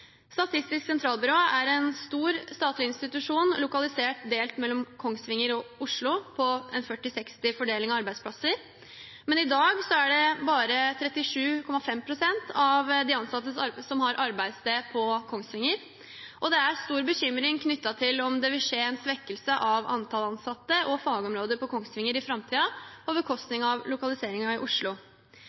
Statistisk sentralbyrå er en stor statlig institusjon delt mellom Kongsvinger og Oslo, med en 40–60-fordeling av arbeidsplasser. Men i dag er det bare 37,5 pst. av de ansatte som har arbeidssted på Kongsvinger, og det er stor bekymring knyttet til om det vil skje en svekkelse av antall ansatte og fagområder på Kongsvinger i framtiden til fordel for lokaliseringen i Oslo.